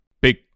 big